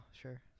sure